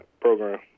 program